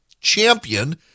champion